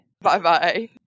Bye-bye